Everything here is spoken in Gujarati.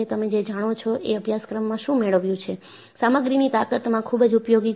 તમે જે જાણો છો એ અભ્યાસક્રમમાં શું મેળવ્યું છે સામગ્રીની તાકતમાં ખૂબ જ ઉપયોગી છે